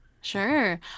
Sure